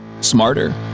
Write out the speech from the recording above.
smarter